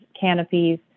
canopies